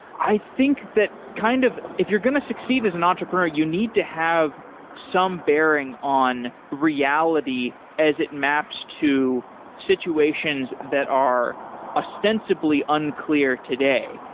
i think that kind of if you're going to succeed as an entrepreneur, you need to have some bearing on reality as it maps to situations that are ostensibly unclear today.